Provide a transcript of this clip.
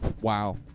Wow